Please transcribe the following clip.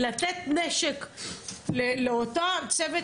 כי לתת נשק לאותו צוות,